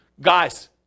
guys